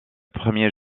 premier